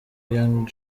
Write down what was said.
young